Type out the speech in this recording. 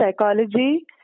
psychology